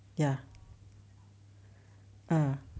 ya ah